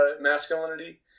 masculinity